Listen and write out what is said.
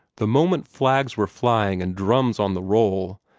the moment flags were flying and drums on the roll,